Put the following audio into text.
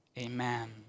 Amen